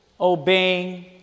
obeying